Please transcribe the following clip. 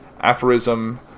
aphorism